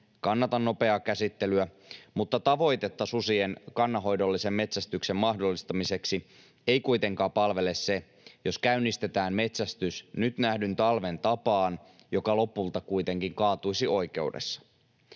Kannatan nopeaa käsittelyä, mutta tavoitetta susien kannanhoidollisen metsästyksen mahdollistamiseksi ei kuitenkaan palvele se, jos käynnistetään metsästys nyt nähdyn talven tapaan, mikä lopulta kuitenkin kaatuisi oikeudessa.